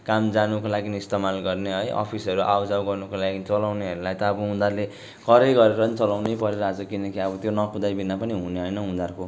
काम जानुको लागि इस्तमाल गर्ने है अफिसहरू आउ जाउ गर्नुको लागि चलाउनेहरूलाई त अब उनीहरूले करै गरेर पनि चलाउनै परिरहेछ किनकि अब त्यो न कुदाइविना पनि हुने होइन उनीहरूको